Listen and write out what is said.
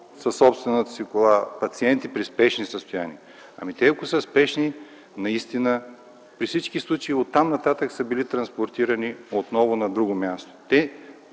със собствената си кола пациенти при спешни състояния – те, ако са спешни наистина, при всички случаи оттам нататък са били транспортирани отново на друго място.